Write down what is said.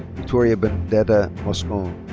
victoria benedetta moscone.